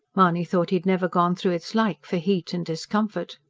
mahony thought he had never gone through its like for heat and discomfort.